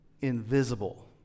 invisible